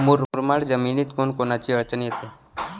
मुरमाड जमीनीत कोनकोनची अडचन येते?